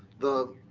the